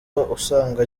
usanga